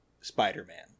Spider-Man